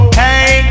hey